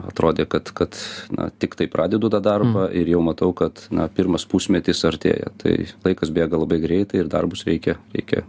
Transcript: atrodė kad kad na tiktai pradedu tą darbą ir jau matau kad na pirmas pusmetis artėja tai laikas bėga labai greitai ir darbus reikia reikia